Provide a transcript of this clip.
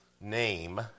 name